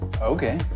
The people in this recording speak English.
Okay